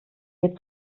wir